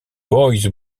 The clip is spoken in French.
boys